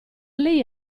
lei